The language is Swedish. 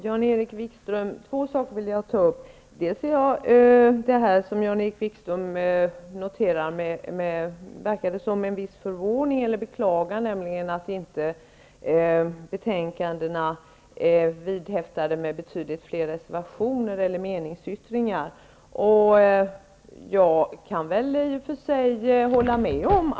Herr talman! Det är två saker som jag vill beröra, Jan-Erik Wikström. Jan-Erik Wikström tycks med viss förvåning, eller kanske med beklagande, notera att till betänkandena inte är fästade betydligt fler reservationer eller meningsyttringar. I och för sig kan jag hålla med honom.